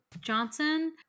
Johnson